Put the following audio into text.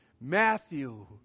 Matthew